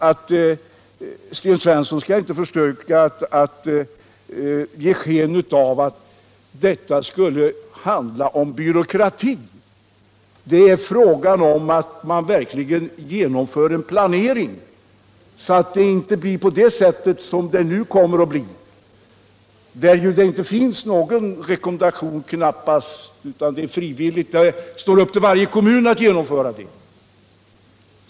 Men Sten Svensson skall inte försöka ge sken av att detta innebär byråkrati. Det är ju fråga om att verkligen genomföra en planering, så att det inte blir som utskottet förordar, nämligen att det knappast ens finns någon rekommendation utan planeringen blir frivillig och det står varje kommun fritt att genomföra en sådan.